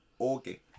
Okay